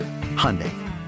Hyundai